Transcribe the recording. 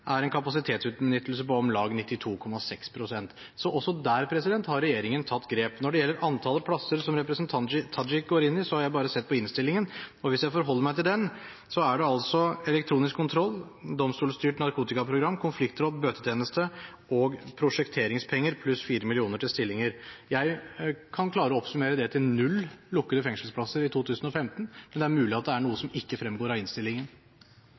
er en kapasitetsutnyttelse på om lag 92,6 pst. Så også der har regjeringen tatt grep. Når det gjelder antallet plasser, som representanten Tajik går inn i, har jeg bare sett på innstillingen. Hvis jeg forholder meg til den, er det elektronisk kontroll, domstolstyrt narkotikaprogram, konfliktråd, bøtetjeneste og prosjekteringspenger pluss 4 mill. kr til stillinger. Jeg kan klare å oppsummere det til null lukkede fengselsplasser i 2015, men det er mulig at det er noe som ikke fremgår av innstillingen.